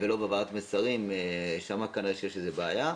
--- בהעברת מסרים, שם כנראה שיש איזו בעיה,